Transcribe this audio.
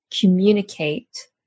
communicate